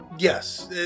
Yes